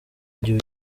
gihe